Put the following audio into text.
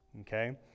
okay